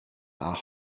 are